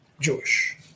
Jewish